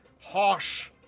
harsh